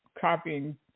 copying